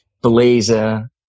blazer